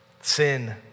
sin